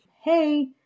hey